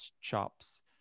chops